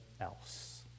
else